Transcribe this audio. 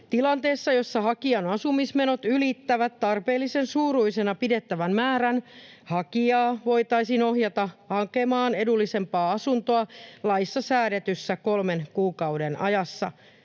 Tilanteessa, jossa hakijan asumismenot ylittävät tarpeellisen suuruisena pidettävän määrän, hakija voitaisiin ohjata hakemaan edullisempaa asuntoa laissa säädetyssä kolmen kuukauden ajassa.